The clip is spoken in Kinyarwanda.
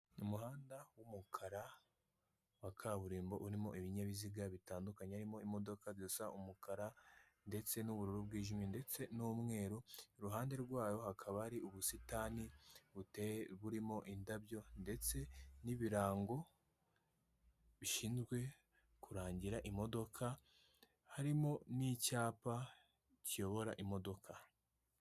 Umuhanda w'umukara wa kaburimbo urimo ibinyabiziga bitandukanye, harimo imodoka zisa umukara ndetse n'ubururu bwijimye ndetse n'umweru, iruhande rwayo hakaba hari ubusitani buteye burimo indabyo ndetse n'ibirango bishinzwe kurangira imodoka, harimo n'icyapa kiyobora imodoka.